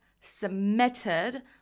submitted